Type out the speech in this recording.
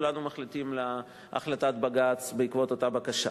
וכולנו ממתינים להחלטת בג"ץ בעקבות אותה בקשה.